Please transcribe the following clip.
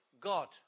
God